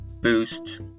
boost